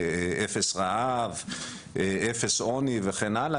אפס רעב ואפס עוני וכן הלאה,